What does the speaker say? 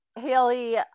Haley